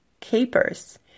capers